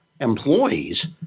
employees